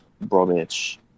Bromwich